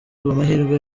amahirwe